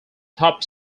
top